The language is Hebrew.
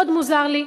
מאוד מוזר לי,